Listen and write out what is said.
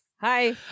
Hi